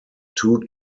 two